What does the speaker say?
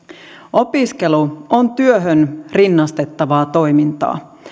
opiskelu on työhön rinnastettavaa toimintaa